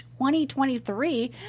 2023